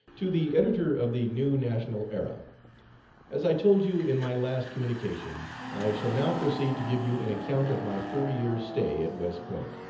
to the editor of the new national era as i told you in my last communication, i shall now proceed to give you an account of my four years' stay at west point.